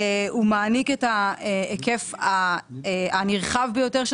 הוא מעניק את היקף הנרחב ביותר של